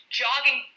jogging